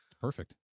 Perfect